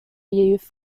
youth